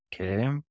Okay